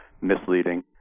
misleading